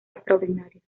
extraordinarias